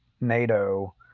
NATO